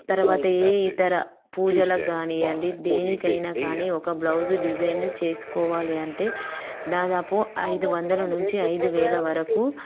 తర్వాత ఏ ఇతర పూజలకు కాని అండి దేనికైనా కానీ ఒక బ్లౌజ్ డిజైన్ చేసుకోవాలి అంటే దాదాపు ఐదు వందలు నుంచి ఐదు వేలు వరకు